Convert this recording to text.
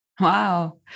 wow